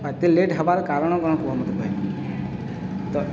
ଏତେ ଲେଟ୍ ହବାର କାରଣ କ'ଣ କୁହନ୍ତୁ ତ